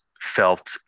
felt